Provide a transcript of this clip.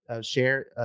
share